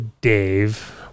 Dave